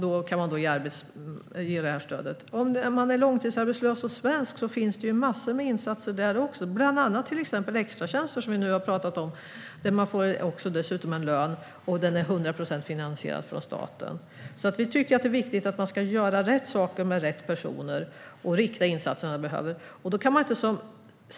Då kan stödet ges. Om man är långtidsarbetslös och svensk finns massor med insatser, bland annat extratjänster. Där får man lön som är 100 procent finansierad av staten. Det är viktigt att göra rätt saker med rätt personer och rikta insatser dit där de behövs.